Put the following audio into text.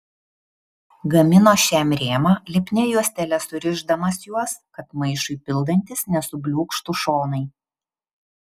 gamino šiam rėmą lipnia juostele surišdamas juos kad maišui pildantis nesubliūkštų šonai